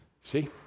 see